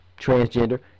transgender